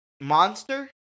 Monster